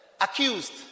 Accused